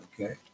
Okay